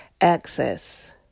access